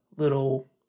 little